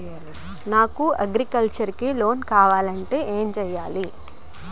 నాకు అగ్రికల్చర్ కి లోన్ కావాలంటే ఏం చేయాలి?